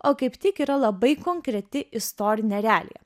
o kaip tik yra labai konkreti istorinė realija